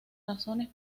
razones